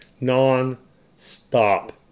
non-stop